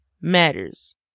matters